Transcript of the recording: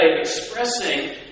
expressing